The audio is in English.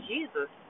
Jesus